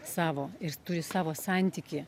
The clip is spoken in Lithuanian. savo ir jis turi savo santykį